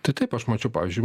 tai taip aš mačiau pavyzdžiui